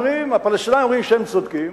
אומרים: הפלסטינים אומרים שהם צודקים,